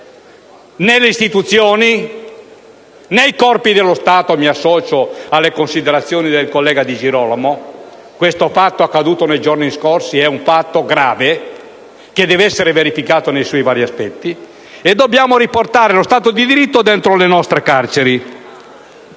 nelle istituzioni e nei corpi dello Stato (mi associo alle considerazioni del collega De Cristofaro: questo fatto accaduto nei giorni scorsi è grave e deve essere verificato nei suoi vari aspetti), e dobbiamo riportare lo Stato di diritto nelle nostri carceri.